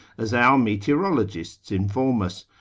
as our meteorologists inform us,